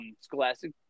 scholastic